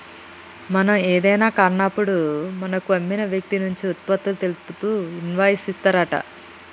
మనం ఏదైనా కాన్నప్పుడు మనకు అమ్మిన వ్యక్తి నుంచి ఉత్పత్తులు తెలుపుతూ ఇన్వాయిస్ ఇత్తారంట